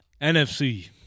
NFC